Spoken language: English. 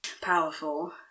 powerful